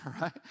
Right